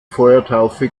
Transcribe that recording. feuertaufe